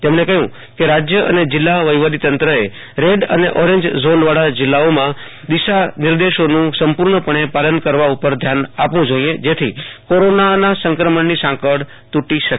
તેમણે કહય કે રાજય અને જિલ્લા વહીવટી તંત્રે રેડ અને ઓરેન્જ ઝોનવાળા જિલ્લાઓમાં દિશા નિર્દેશોનું સંપર્ણપણે પાલન કરવા ઉપર ધ્યાન આપવું જોઈઅ તેથી કોરોના સંક્રમણની સાંકળ તૂટી શકે